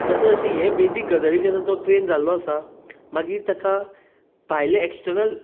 जशे जशें हे बेजिक गजाली तो ट्रेन जाल्लो आसा मागीर ताका भायले एक्सटर्नल